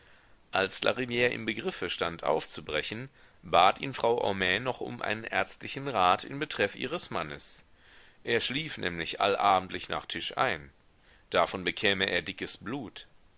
als larivire im begriffe stand aufzubrechen bat ihn frau homais noch um einen ärztlichen rat in betreff ihres mannes er schlief nämlich allabendlich nach tisch ein davon bekäme er dickes blut